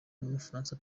n’umufaransa